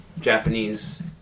Japanese